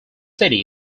city